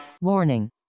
warning